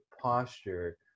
posture